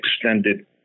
extended